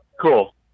Cool